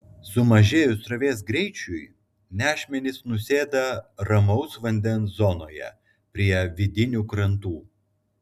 sumažėjus srovės greičiui nešmenys nusėda ramaus vandens zonoje prie vidinių krantų